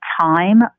time